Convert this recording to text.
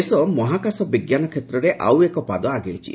ଦେଶ ମହାକାଶ ବିଜ୍ଞାନ କ୍ଷେତ୍ରରେ ଆଉ ଏକ ପାଦ ଆଗେଇଛି